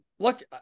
Look